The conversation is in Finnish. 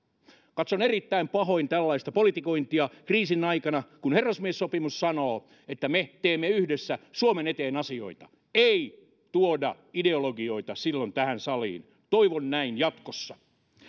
katson erittäin pahoin tällaista politikointia kriisin aikana kun herrasmiessopimus sanoo että me teemme yhdessä suomen eteen asioita ei tuoda ideologioita silloin tähän saliin toivon näin jatkossa